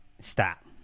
Stop